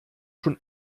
schon